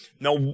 Now